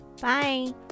Bye